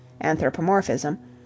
anthropomorphism